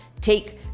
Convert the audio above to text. take